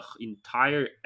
entire